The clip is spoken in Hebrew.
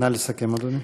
נא לסכם, אדוני.